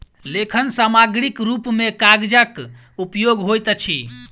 लेखन सामग्रीक रूप मे कागजक उपयोग होइत अछि